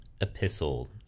epistle